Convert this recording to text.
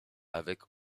avec